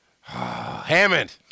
Hammond